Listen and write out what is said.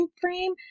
frame